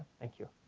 thank you.